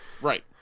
right